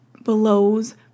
blows